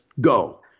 go